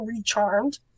recharmed